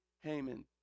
Haman